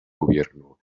gobierno